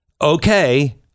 Okay